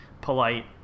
polite